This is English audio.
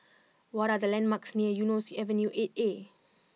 what are the landmarks near Eunos Avenue Eight A